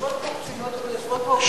יושבים פה לא